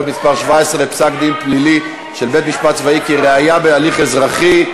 (מס' 17) (פסק-דין פלילי של בית-משפט צבאי כראיה בהליך אזרחי).